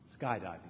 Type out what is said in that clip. skydiving